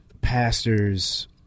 pastors